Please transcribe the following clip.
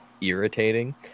irritating